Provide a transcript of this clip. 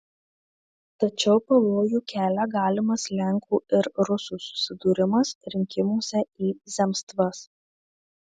tačiau pavojų kelia galimas lenkų ir rusų susidūrimas rinkimuose į zemstvas